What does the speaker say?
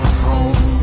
home